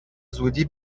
زودی